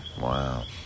Wow